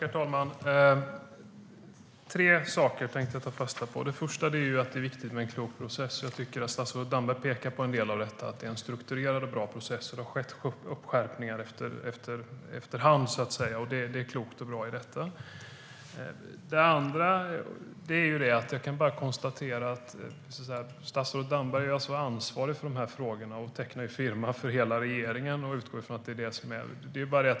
Herr talman! Jag tänkte ta fasta på ett par saker. Det första är att det är viktigt med en klok process. Statsrådet Damberg pekar på vikten av en strukturerad och bra process. Att det har skett uppskärpningar efter hand är klokt och bra. Det andra är att statsrådet Damberg som ansvarig för dessa frågor tecknar firma för hela regeringen och utgår från att det är det som gäller.